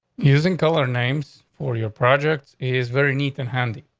using color names for your project is very neat and handy.